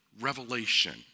revelation